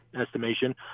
estimation